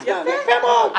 יפה מאוד.